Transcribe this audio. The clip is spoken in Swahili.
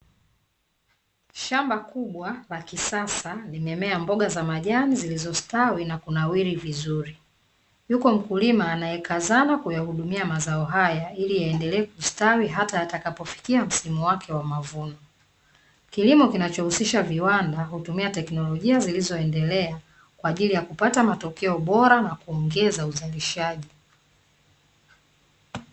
Shamba kubwa la kisasa limemea mboga za majani zilizostawi na kunawiri vizuri, yupo mkulima anayekazana kuyahudumua mazao haya ili yaendelee kustawi hata yatakapofikia msimu wake wa mavuno. Kilimo kinachohusisha viwanda hutumia teknolojia zilizoendelea, kwa ajili ya kupata matokeo bora na kuongeza uzalishaji.